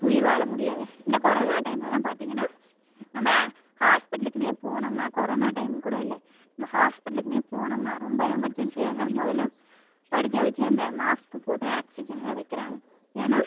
உயிர் வாழ முடியாது இந்த கொரோனா டைம்லலாம் பார்த்திங்கனா நம்ம ஹாஸ்ப்பிட்டலுக்குன்னே போனோம்னால் கொரோனா டைம் கூட இல்லை நம்ம ஹாஸ்ப்பிட்டலுக்குன்னே போனோம்னால் ரொம்ப எமர்ஜென்சியாக இருந்தாலும் முதல்ல படுக்கவச்சு அந்த மாஸ்க் போட்டு ஆக்சிஜனை தான் வைக்கிறாங்க ஏன்னா